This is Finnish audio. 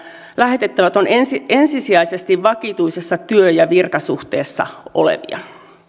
lähetettävät ovat ensisijaisesti vakituisessa työ ja virkasuhteessa